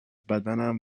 بدنم